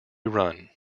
run